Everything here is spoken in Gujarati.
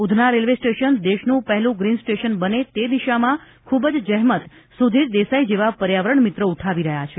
ઉધના રેલ્વે સ્ટેશન દેશનું પહેલું ગ્રીન સ્ટેશન બને તે દિશામાં ખુબ જહેમત સુધીર દેસાઇ જેવા પર્યાવણમિત્ર ઉઠાવી રહ્યા છે